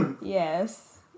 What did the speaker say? Yes